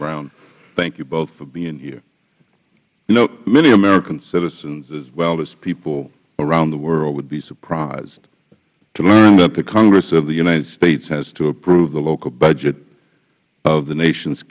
brown thank you both for being here you know many american citizens as well as people around the world would be surprised to learn that the congress of the united states has to approve the local budget of the nation's